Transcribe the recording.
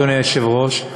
אדוני היושב-ראש,